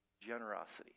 generosity